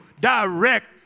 direct